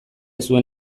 zuen